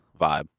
vibe